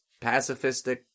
pacifistic